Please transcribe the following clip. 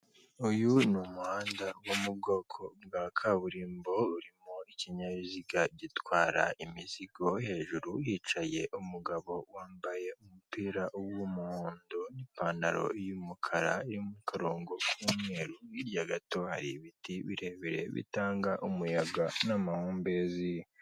Uyu ni umuhanda wo mu bwoko bwa kaburimbo urimo ikinyabiziga gitwara imizigo, hejuru hicaye umugabo wambaye umupira w'umuhondo n'ipantaro y'umukara irimo uturongo tw'umweru, hirya gato hari ibiti birebire bitanga umuyaga n'amahumbezi.